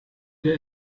der